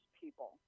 people